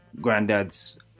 granddad's